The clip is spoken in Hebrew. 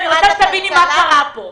אני רוצה שתביני מה קרה כאן.